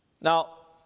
Now